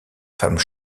femmes